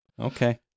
Okay